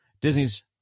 Disney's